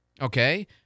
okay